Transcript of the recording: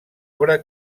obra